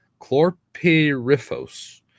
Chlorpyrifos